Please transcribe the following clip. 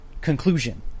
conclusion